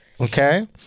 Okay